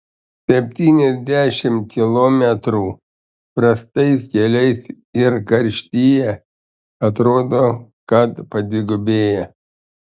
septyniasdešimt kilometrų prastais keliais ir karštyje atrodo kad padvigubėja